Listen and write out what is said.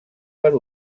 per